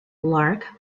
lark